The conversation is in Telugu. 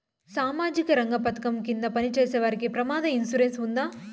సామాజిక రంగ పథకం కింద పని చేసేవారికి ప్రమాద ఇన్సూరెన్సు ఉందా?